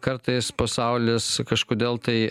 kartais pasaulis kažkodėl tai